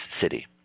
city